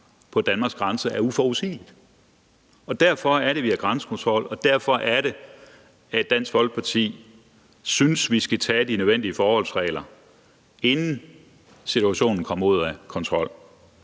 på Danmarks grænse er uforudsigeligt. Derfor har vi grænsekontrol, og derfor synes Dansk Folkeparti, at vi skal tage de nødvendige forholdsregler, inden situationen kommer ud af kontrol.